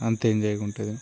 అంతే ఎంజాయ్గా ఉంటుంది